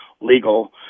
legal